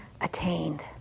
attained